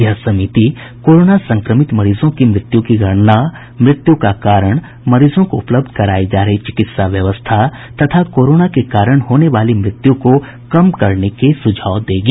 यह समिति कोरोना संक्रमित मरीजों की मृत्यु की गणना मृत्यु का कारण मरीजों को उपलब्ध करायी जा रही चिकित्सा व्यवस्था तथा कोरोना के कारण होने वाली मृत्यु को कम करने के सुझाव देगी